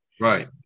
right